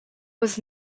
was